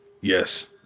Yes